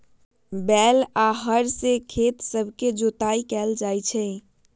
बैल आऽ हर से खेत सभके जोताइ कएल जाइ छइ